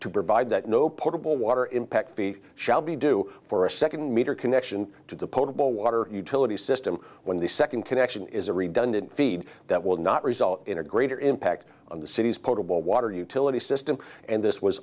to provide that no potable water impact the shall be due for a second meter connection to the potable water utility system when the second connection is a redundant feed that will not result in a greater impact on the city's potable water utilities system and this was